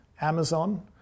Amazon